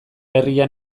herrian